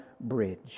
bridge